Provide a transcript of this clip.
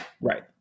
Right